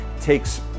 Takes